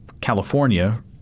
California